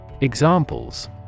Examples